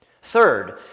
Third